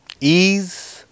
Ease